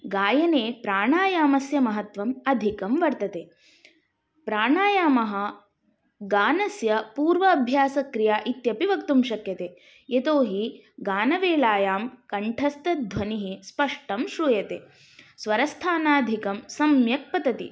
गायने प्राणायामस्य महत्त्वम् अधिकं वर्तते प्राणायामः गानस्य पूर्वाभ्यासक्रिया इत्यपि वक्तुं शक्यते यतोहि गानवेलायां कण्ठस्थध्वनिः स्पष्टं श्रूयते स्वरस्थानादिकं सम्यक् पतति